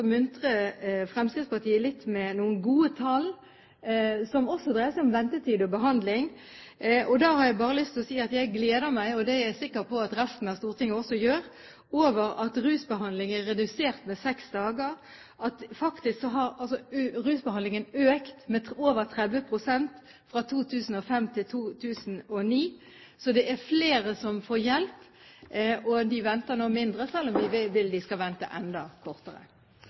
muntre opp Fremskrittspartiet litt med noen gode tall som også dreier seg om ventetid og behandling. Jeg har bare lyst til å si at jeg gleder meg, og det er jeg sikker på at resten av Stortinget også gjør, over at ventetiden på rusbehandling er redusert med seks dager, og at rusbehandlingen faktisk har økt med over 30 pst. fra 2005 til 2009. Så det er flere som får hjelp, og de venter nå kortere – selv om vi vil at de skal vente enda kortere.